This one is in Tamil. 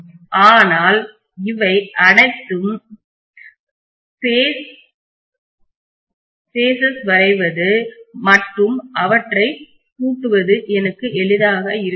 ஆனால் இவை அனைத்தின் பேஸஸ்கட்டங்கள் வரைவது மற்றும் அவற்றை கூட்டுவது எனக்கு எளிதாக இருக்காது